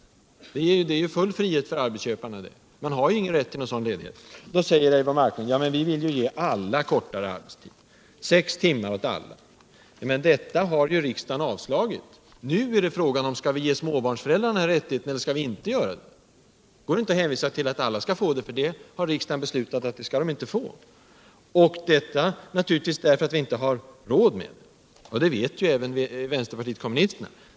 Det innebär full frihet för arbetsköparna, eftersom arbetstagarna inte har rätt till en sådan förkortning. Till detta säger vpk: Vi vill ge alla kortare arbetstid, sex timmars arbetsdag för alla. Men detta förslag har ju riksdagen avslagit. Nu är frågan: Skall vi ge småbarns föräldrarna denna rättighet eller skall vi inte göra det? Det går inte att hänvisa till att alla skall få den rätten, för riksdagen har beslutat att alla inte skall få den; detta naturligtvis därför att vi inte har råd med en sådan reform. Det vet även vänsterpartiet Kommunisterna.